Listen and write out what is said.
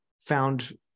found